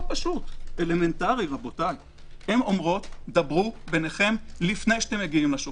פשוט: דברו ביניכם לפני שאתם מגיעים לשופט.